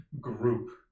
group